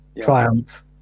triumph